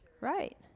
Right